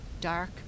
dark